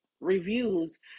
reviews